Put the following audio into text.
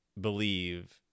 believe